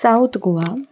south Goa